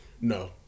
No